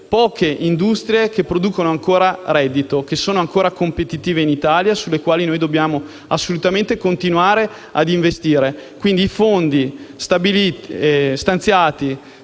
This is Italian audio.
poche industrie che producono ancora reddito e che sono ancora competitive in Italia, sulla quale dobbiamo assolutamente continuare ad investire. Quindi i fondi stanziati